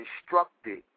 instructed